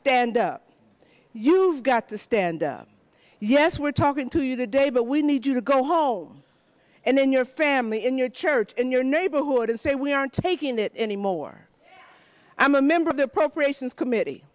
stand up you've got to stand up yes we're talking to you today but we need you to go home and then your family in your church in your neighborhood and say we aren't taking it any more i'm a member of the appropriations committee